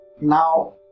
Now